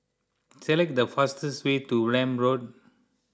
select the fastest way to Welm Road